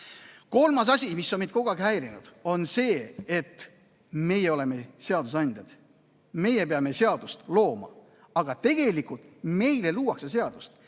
asi, mis on meid kogu aeg häirinud, on see, et meie oleme seadusandjad, meie peame seadust looma, aga tegelikult meile luuakse seadust.